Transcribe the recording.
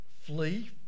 Flee